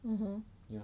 ya